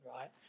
right